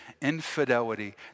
infidelity